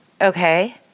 Okay